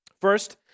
First